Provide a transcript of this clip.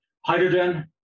hydrogen